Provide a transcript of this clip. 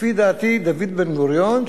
לפי דעתי דוד בן-גוריון,